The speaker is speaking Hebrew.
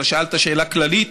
אלא שאלת שאלה כללית,